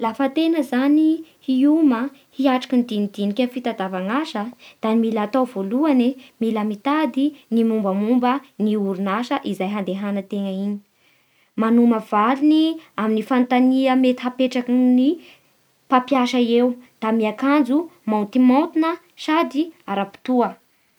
Lafa tegna hioma hiatriky ny dinidiniky ny fitadiavan'asa da mila atao voalohany mila mitady ny mombamomba ny orin'asa izay handehanantegna iny, manoma valiny amin'ny fanontania mety hapetraky ny mpampiasa eo, da miankanjo môntimôntina sady aram-potoa.